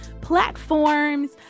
platforms